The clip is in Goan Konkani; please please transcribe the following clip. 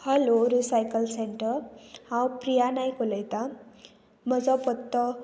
हलो रिसायकल सेंटर हांव प्रिया नायक उलयतां म्हजो पत्तो